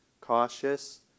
Cautious